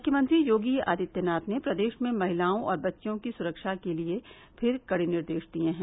मुख्यमंत्री योगी आदित्यनाथ ने प्रदेश में महिलाओं और बच्चियों की सुरक्षा के लिए फिर कड़े निर्देश दिये हैं